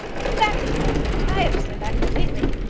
exactly, sir i understand that completely.